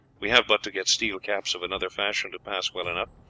we have but to get steel caps of another fashion to pass well enough,